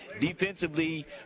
defensively